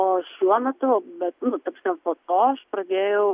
o šiuo metu bet nu ta prasme po to aš pradėjau